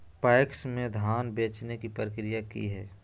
PACS में धाम बेचे के प्रक्रिया की हय?